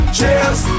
Cheers